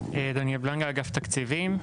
אני דניאל בלגנה, אגף התקציבים.